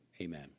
amen